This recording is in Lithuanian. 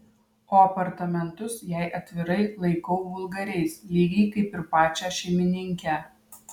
o apartamentus jei atvirai laikau vulgariais lygiai kaip ir pačią šeimininkę